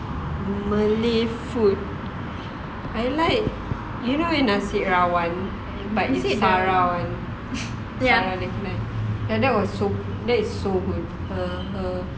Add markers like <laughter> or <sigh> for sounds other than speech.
malay food I like you know yang nasi rawan but <noise> that was so that is so good uh uh